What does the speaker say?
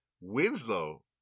Winslow